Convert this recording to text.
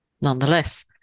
Nonetheless